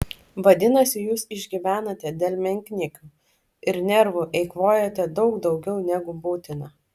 vadinasi jūs išgyvenate dėl menkniekių ir nervų eikvojate daug daugiau negu būtina